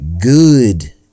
good